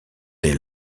des